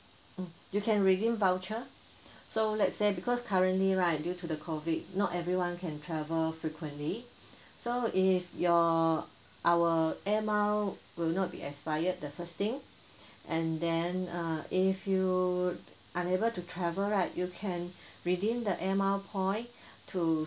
mm you can redeem voucher so let's say because currently right due to the COVID not everyone can travel frequently so if your our air mile will not be expired the first thing and then uh if you unable to travel right you can redeem the air mile point to